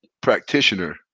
practitioner